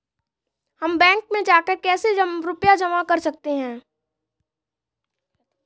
हम बैंक में जाकर कैसे रुपया जमा कर सकते हैं?